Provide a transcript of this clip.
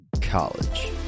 college